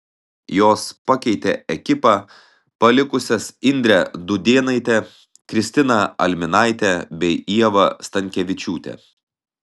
jos pakeitė ekipą palikusias indrę dudėnaitę kristiną alminaitę bei ievą stankevičiūtę